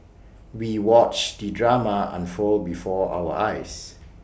we watched the drama unfold before our eyes